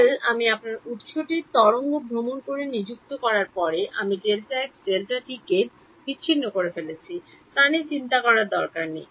well আমি আমার উত্সটি তরঙ্গ ভ্রমণ করে নিযুক্ত করার পরে আমি Δx Δt কে বিচ্ছিন্ন করে ফেলেছি তা নিয়ে চিন্তা করার দরকার নেই